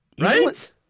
Right